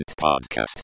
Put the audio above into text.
podcast